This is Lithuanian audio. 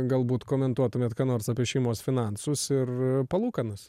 galbūt komentuotumėt ką nors apie šeimos finansus ir palūkanas